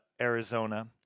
Arizona